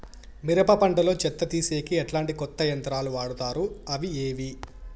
మిరప పంట లో చెత్త తీసేకి ఎట్లాంటి కొత్త యంత్రాలు వాడుతారు అవి ఏవి?